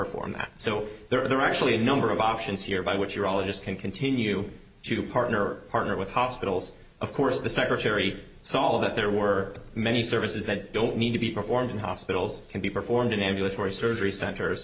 that so there are actually a number of options here by which you're all just can continue to partner partner with hospitals of course the secretary so all of that there were many services that don't need to be performed in hospitals can be performed in ambulatory surgery centers